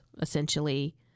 essentially